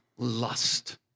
Lust